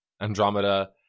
Andromeda